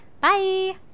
Bye